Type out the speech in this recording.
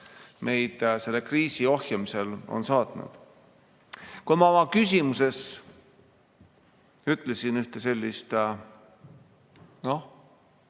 meid selle kriisi ohjamisel on saatnud. Kui ma oma küsimuses ütlesin sedasi